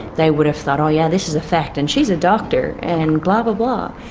they would've thought, oh yeah, this is a fact, and she's a doctor, and and blah blah blah.